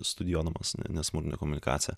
studijuodamas nesmurtinę komunikaciją